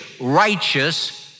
righteous